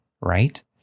right